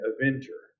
Avenger